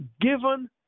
given